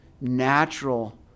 natural